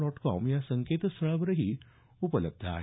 dot com या संकेतस्थळावरही उपलब्ध आहे